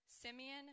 Simeon